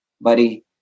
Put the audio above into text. buddy